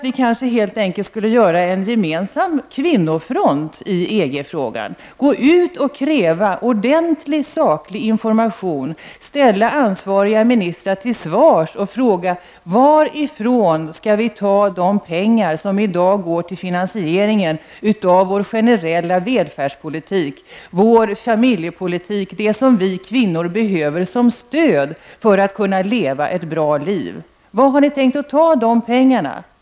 Vi kanske helt enkelt skall göra en gemensam kvinnofront i EG-frågan och gå ut och kräva ordentlig saklig information. Vi kanske skall ställa ansvariga ministrar till svars och fråga varifrån vi skall ta de pengar som i dag går till finansiering av vår generella välfärdspolitik och vår familjepolitik, det som vi kvinnor behöver som stöd för att kunna leva ett bra liv. Var har ni tänkt att ta dessa pengar?